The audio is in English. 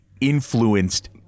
influenced